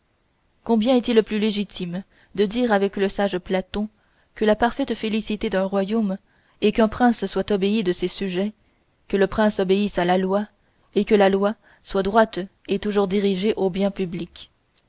combien est-il plus légitime de dire avec le sage platon que la parfaite félicité d'un royaume est qu'un prince soit obéi de ses sujets que le prince obéisse à la loi et que la loi soit droite et toujours dirigée au bien public